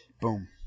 Boom